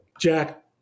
Jack